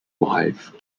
wife